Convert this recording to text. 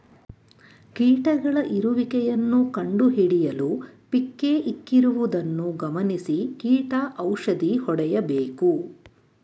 ಕೀಟಗಳ ಇರುವಿಕೆಯನ್ನು ಕಂಡುಹಿಡಿಯಲು ಪಿಕ್ಕೇ ಇಕ್ಕಿರುವುದನ್ನು ಗಮನಿಸಿ ಕೀಟ ಔಷಧಿ ಹೊಡೆಯಬೇಕು